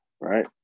Right